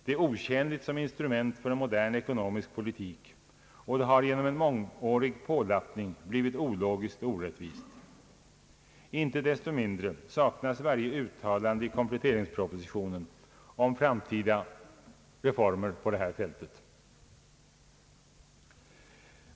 Det är otjänligt som instrument för modern ekonomisk politik, och det har genom en mångårig pålappning blivit ologiskt och orättvist. Inte desto mindre saknas i kompletteringspropositionen varje uttalande om framtida reformer på detta fält.